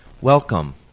welcome